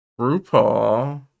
RuPaul